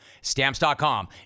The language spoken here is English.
Stamps.com